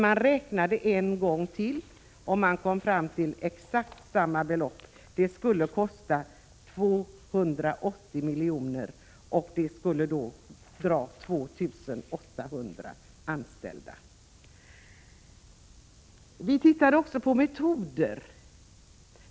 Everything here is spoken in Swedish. Man räknade en gång till och kom fram till exakt samma belopp. Kostnaden skulle bli 280 milj.kr. och motsvara lönekostnaden för 2 800 anställda. Vi undersökte också olika metoder att ta bort karensdagarna.